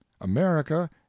america